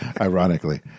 Ironically